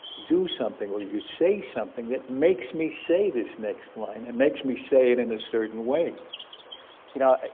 do something, or you say something that makes me say this next line and makes me say it in a certain way you know,